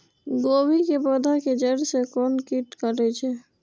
गोभी के पोधा के जड़ से कोन कीट कटे छे?